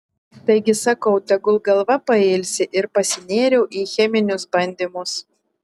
taigi sakau tegul galva pailsi ir pasinėriau į cheminius bandymus